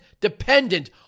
dependent